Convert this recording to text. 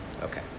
Okay